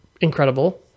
incredible